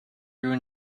your